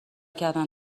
کردن